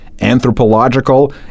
anthropological